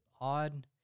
odd